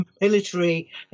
military